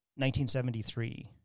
1973